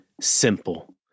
SIMPLE